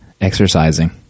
exercising